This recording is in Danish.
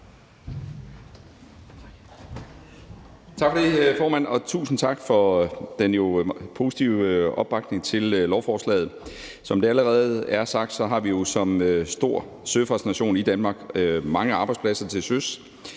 Tak for det, formand, og tusind tak for den positive opbakning til lovforslaget. Som det allerede er blevet sagt, har vi jo som stor søfartsnation i Danmark mange arbejdspladser til søs,